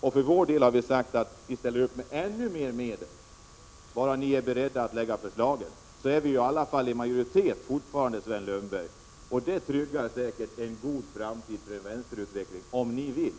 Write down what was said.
Vi för vår del har sagt att vi ställer upp med ännu mera medel, bara ni är beredda att lägga fram förslagen. Då är vi ju fortfarande i majoritet, Sven Lundberg, och det tryggar en god framtida vänsterutveckling, om ni vill.